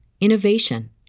innovation